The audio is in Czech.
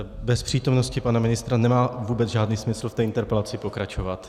Bez přítomnosti pana ministra nemá vůbec žádný smysl v té interpelaci pokračovat.